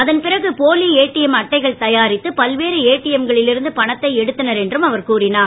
அதன் பிறகு போலி ஏடிஎம் அட்டைகள் தயாரித்து பல்வேறு ஏடிஎம்களில் இருந்து பணத்தை எடுத்தனர் என்று அவர் கூறினார்